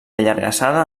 allargassada